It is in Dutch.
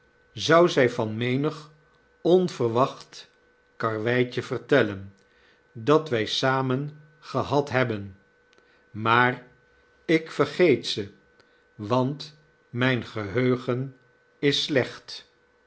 zou zij van menig onverwacht karreweitje vertellen dat wij samen gehad hebben maar ik vergeet ze want mijn geheugen is slecht